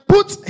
Put